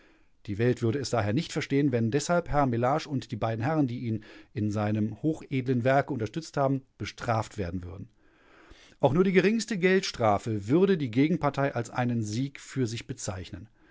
die welt würde es daher nicht verstehen wenn deshalb herr mellage und die beiden herren die ihn in seinem hochedlen werke unterstützt haben bestraft werden würden auch nur die geringste geldstrafe würde die gegenpartei als einen sieg für sich bezeichnen